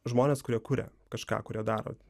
žmonės kurie kuria kažką kurie daro